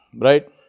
Right